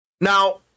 Now